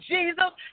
Jesus